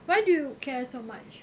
why do you care so much